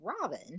Robin